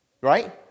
Right